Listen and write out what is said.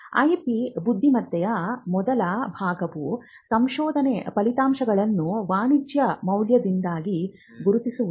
IP ಬುದ್ಧಿಮತ್ತೆಯ ಮೊದಲ ಭಾಗವು ಸಂಶೋಧನಾ ಫಲಿತಾಂಶಗಳನ್ನು ವಾಣಿಜ್ಯ ಮೌಲ್ಯದೊಂದಿಗೆ ಗುರುತಿಸುವುದು